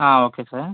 okay sir